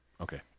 okay